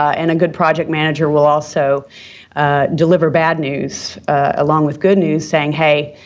and a good project manager will also deliver bad news along with good news, saying, hey,